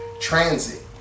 transit